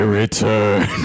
return